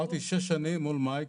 אמרתי שש שנים מול מאי,